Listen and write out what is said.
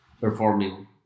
performing